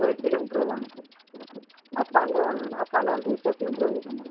ᱯᱮ ᱠᱤᱞᱳᱢᱤᱴᱟᱨ ᱜᱟᱱ up down up down ᱰᱮᱲᱥᱚ ᱠᱤᱞᱳ ᱢᱤᱴᱟᱨ ᱦᱩᱭᱩᱜ ᱠᱟᱱᱟ